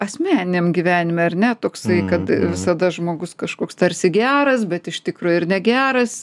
asmeniniame gyvenime ar ne toks kad visada žmogus kažkoks tarsi geras bet iš tikrųjų ir negeras